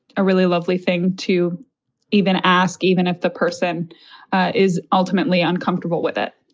a really lovely thing to even ask, even if the person is ultimately uncomfortable with it,